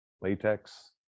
Latex